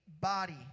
body